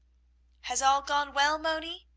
has all gone well, moni?